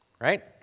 right